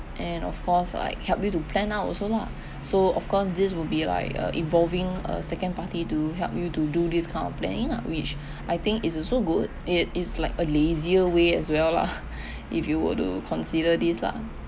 and of course like helped you to plan out also lah so of course this would be like a evolving uh second party to help you to do this kind of planning ah which I think is also good it is like a lazier way as well lah if you were to consider this lah